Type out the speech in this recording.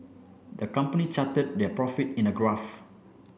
the company charted their profit in a graph